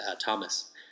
Thomas